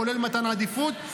כולל מתן עדיפות.